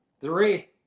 Three